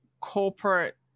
corporate